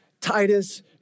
Titus